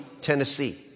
Tennessee